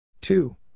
Two